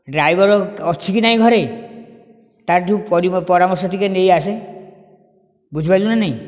driver ଅଛି କି ନାହିଁ ଘରେ ତା'ଠୁ ପରାମର୍ଶ ଟିକେ ନେଇ ଆସେ ବୁଝିପାରିଲୁ ନା ନାହିଁ